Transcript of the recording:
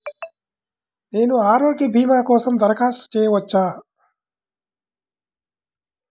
నేను ఆరోగ్య భీమా కోసం దరఖాస్తు చేయవచ్చా?